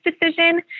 decision